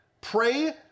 Pray